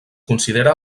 considera